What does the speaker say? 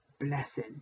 blessing